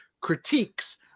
critiques